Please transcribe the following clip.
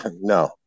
no